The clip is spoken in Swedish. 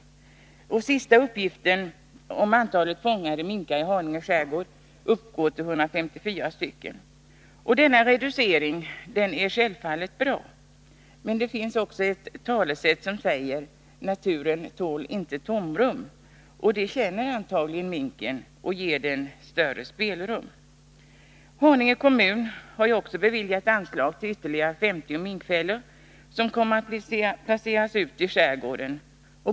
Enligt den senaste uppgiften om antalet fångade minkar i Haninge skärgård uppgår de till 154 stycken. Denna reducering är självfallet bra. Men ett talesätt säger, att ”naturen tål inte tomrum”. Det tomrum som uppstår känner antagligen minken, och det ger den större spelrum. Haninge kommun har också beviljat anslag till ytterligare 50 minkfällor, som kommer att placeras ut i skärgården.